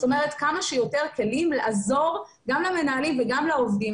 זאת אומרת כמה שיותר כלים לעזור גם למנהלים וגם לעובדים.